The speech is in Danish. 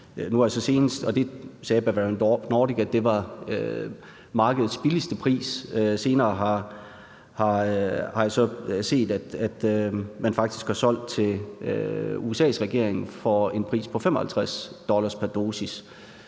det sagde Bavarian Nordic var markedets billigste pris. Senere har jeg så set, at man faktisk har solgt til USA's regering for en pris på 55 dollar pr. dosis,